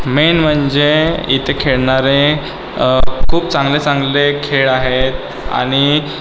main म्हणजे इथे खेळणारे खूप चांगले चांगले खेळ आहेत आणि